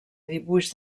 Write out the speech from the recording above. dibuix